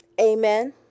Amen